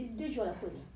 dia dia jual apa